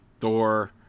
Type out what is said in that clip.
Thor